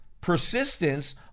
persistence